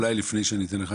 אולי לפני שניתן לך,